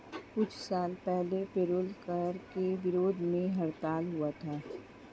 कुछ साल पहले पेरोल कर के विरोध में हड़ताल हुआ था